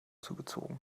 zugezogen